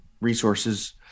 resources